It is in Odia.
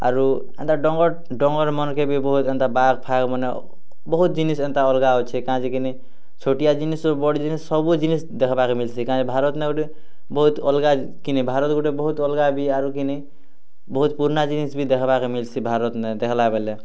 ଆରୁ ଏନ୍ତା ଡଙ୍ଗର୍ ଡଙ୍ଗର୍ମାନ୍କେ ବି ବହୁତ୍ ବାର୍ଫାର୍ମାନେ ବହୁତ୍ ଜିନିଷ୍ ଏନ୍ତା ଅଲଗା ଅଛେ ଛୋଟିଆ ଜିନିଷ୍ ବଡ଼ ଜିନିଷ୍ ସବୁ ଜିନିଷ୍ ଦେଖବାର୍ ମିଲ୍ସି କାଏଁଯେ ଭାରତ୍ନେ ଗୋଟେ ବହୁତ୍ ଅଲଗା ବି ଆରୁ କିନି ଭାରତ୍ ଗୋଟେ ବହୁତ୍ ପୁରୁଣା ଜିନିଷ୍ ବି ଦେଖାବାର୍ ମିଳିଛି ଭାରତ୍ନେ ଦେଖେଁଲା ବେଲେ